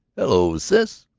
hello, sis,